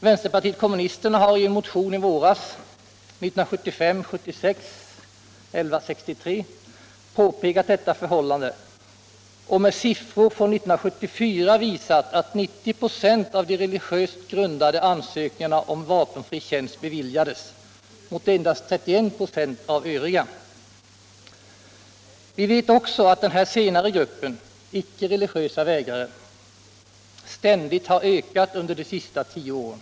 Vpk har i en motion i våras, 1975/76:1163, påpekat detta förhållande och med siffror från 1974 visat att 90 26 av de religiöst grundade ansökningarna om vapenfri tjänst beviljades mot endast 31 96 av övriga. Vi vet också att den senare gruppen, icke religiösa vägrare, ständigt har ökat under de senaste tio åren.